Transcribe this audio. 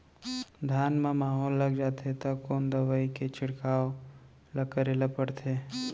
धान म माहो लग जाथे त कोन दवई के छिड़काव ल करे ल पड़थे?